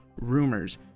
rumors